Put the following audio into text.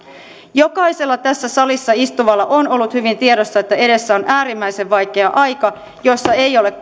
jokaisella tässä salissa istuvalla on ollut hyvin tiedossa että edessä on äärimmäisen vaikea aika jossa ei ole